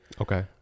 Okay